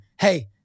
Hey